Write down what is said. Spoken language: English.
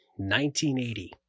1980